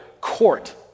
court